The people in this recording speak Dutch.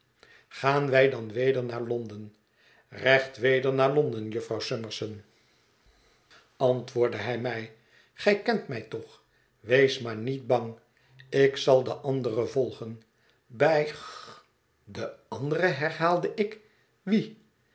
gaan wij dan weder naar londen recht weder naar londen jufvrouw summerson antwoordde hij mij gij kent mij toch wees maar niet bang ik zal de andere volgen bij g de andere herhaalde ik wie